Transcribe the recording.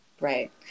Right